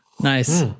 nice